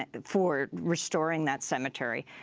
and for restoring that cemetery.